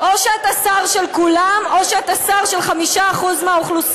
או שאתה שר של כולם או שאתה שר של 5% מהאוכלוסייה.